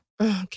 Okay